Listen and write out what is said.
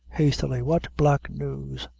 hastily what black news?